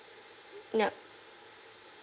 yup